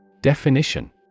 definition